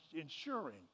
ensuring